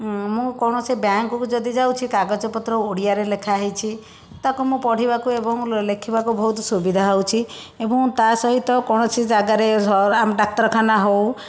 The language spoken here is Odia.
ମୁଁ କୌଣସି ବ୍ୟାଙ୍କକୁ ଯଦି ଯାଉଛି କାଗଜ ପତ୍ର ଓଡ଼ିଆରେ ଲେଖା ହେଇଛି ତାକୁ ମୁଁ ପଢ଼ିବାକୁ ଏବଂ ଲେଖିବାକୁ ଭଉତ ସୁବିଧା ହଉଛି ଏବଂ ତା' ସହିତ କୌଣସି ଜାଗାରେ ଆମ ଡାକ୍ତରଖାନା ହଉ